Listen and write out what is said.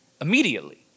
immediately